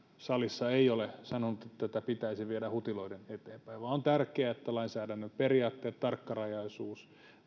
salissa ei ole sanonut että tätä pitäisi viedä hutiloiden eteenpäin vaan on tärkeää että lainsäädännön periaatteista tarkkarajaisuudesta